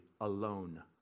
alone